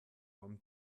haben